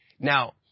Now